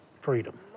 freedom